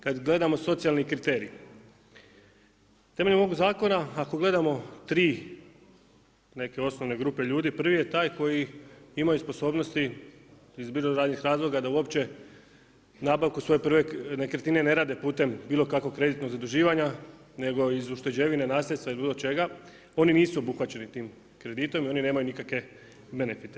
Kada gledamo socijalni kriterij, temeljem ovog zakona ako gledamo tri neke osnovne grupe ljudi, prvi je taj koji imaju sposobnosti iz bilo raznih razloga da uopće nabavku svoje prve nekretnine ne rade putem bilo kakvog kreditnog zaduživanja nego iz ušteđevine, nasljedstva ili bilo čega, oni nisu obuhvaćeni tim kreditom i oni nemaju nikakve benefite.